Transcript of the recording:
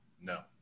no